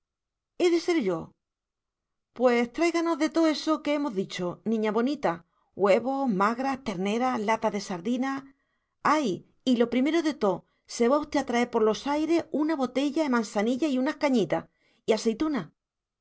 he de ser yo pues traíganos de too eso que hemos dicho niña bonita huevos magras ternera lata de sardinas ay y lo primero de too se va usted a traer por los aires una boteya e mansaniya y unas cañitas y aseitunas